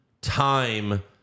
time